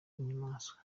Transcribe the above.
inyamaswa